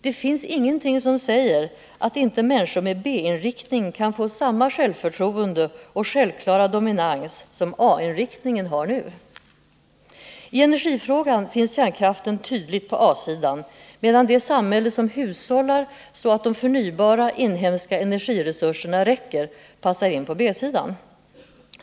Det finns ingenting som säger att människor med B-inriktning inte kan få samma självförtroende och självklara dominans som de med A-inriktningen har nu. I energifrågan finns kärnkraften tydligt på A-sidan, medan det samhälle som hushållar så att de förnybara inhemska energiresurserna räcker passar in på B-sidan.